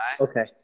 Okay